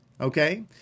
Okay